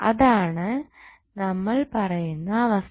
ഇതാണ് നമ്മൾ പറയുന്ന അവസ്ഥ